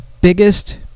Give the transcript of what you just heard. biggest